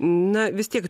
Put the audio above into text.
na vis tiek